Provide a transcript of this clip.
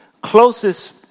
closest